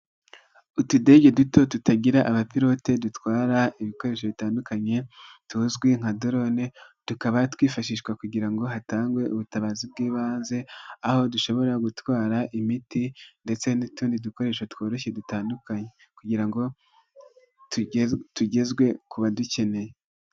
Utudege duto tutagira abapilote, dutwara ibikoresho bitandukanye, tuzwi nka dorone, tukaba twifashishwa kugira ngo hatangwe ubutabazi bw'ibanze, aho dushobora gutwara imiti ndetse n'utundi dukoresho tworoshye dutandukanye, kugira ngo tugezwe ku badukeneye.